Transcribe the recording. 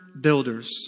builders